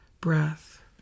breath